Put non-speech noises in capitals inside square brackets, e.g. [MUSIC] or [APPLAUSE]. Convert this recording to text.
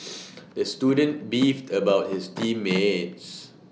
[NOISE] the student beefed about his team mates